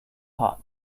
hot